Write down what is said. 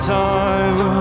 time